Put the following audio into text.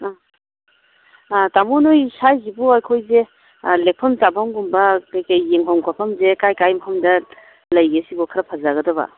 ꯑꯥ ꯑꯥ ꯇꯥꯃꯣ ꯅꯣꯏ ꯁꯥꯏꯁꯤꯕꯨ ꯑꯩꯈꯣꯏꯁꯦ ꯂꯦꯛꯐꯝ ꯆꯥꯐꯝꯒꯨꯝꯕ ꯀꯩꯀꯩ ꯌꯦꯡꯐꯝ ꯈꯣꯠꯐꯝꯁꯦ ꯀꯥꯏ ꯀꯥꯏ ꯃꯐꯝꯗ ꯂꯩꯒꯦ ꯁꯤꯕꯨ ꯈꯔ ꯐꯖꯒꯗꯕ